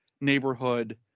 neighborhood